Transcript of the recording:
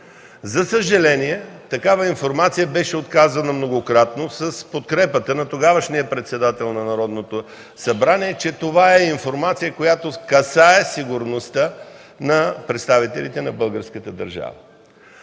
За съжаление такава информация беше отказана многократно с подкрепата на тогавашния председател на Народното събрание, тъй като тя касаела сигурността на представителите на българската държава.